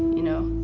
you know.